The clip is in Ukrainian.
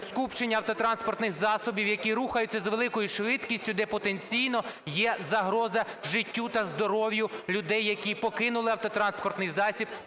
скупчення автотранспортних засобів, які рухаються з великою швидкістю, де потенційно є загроза життю та здоров'ю людей, які покинули автотранспортний засіб